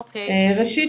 ראשית,